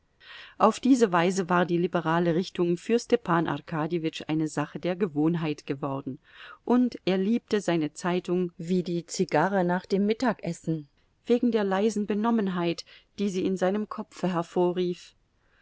auf diese weise war die liberale richtung für stepan arkadjewitsch eine sache der gewohnheit geworden und er liebte seine zeitung wie die zigarre nach dem mittagessen wegen der leisen benommenheit die sie in seinem kopfe hervorrief